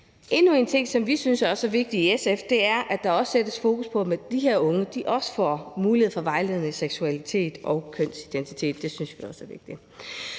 Endnu en ting, som vi også synes er vigtig i SF, er, at der sættes fokus på, at de her unge også får mulighed for vejledning i seksualitet og kønsidentitet. Det synes vi også er vigtigt.